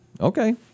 Okay